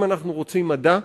אם אנחנו רוצים מדע,